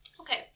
Okay